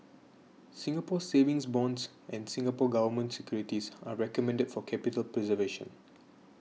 Singapore Savings Bonds and Singapore Government Securities are recommended for capital preservation